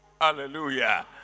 hallelujah